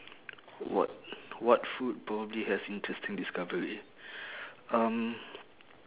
what what food probably has interesting discovery um